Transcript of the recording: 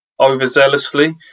overzealously